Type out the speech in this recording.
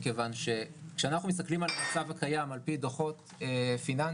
מכיוון שכשאנחנו מסתכלים על המצב הקיים על פי דוחות פיננסיים,